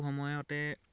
সময়তে